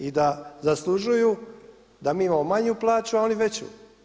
I da zaslužuju da mi imamo manju plaću, a oni veću.